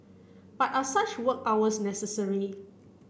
but are such work hours necessary